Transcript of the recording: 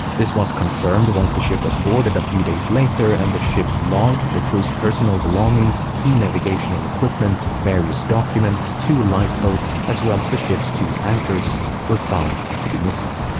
this was confirmed once the ship was boarded a few days later and the ship's log, the crew's personal belongings, key navigational equipment, various documents, two life boats, as well as the ship's two anchors where found to be missing.